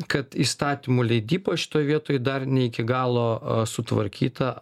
kad įstatymų leidyba šitoj vietoj dar ne iki galo sutvarkyta